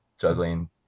juggling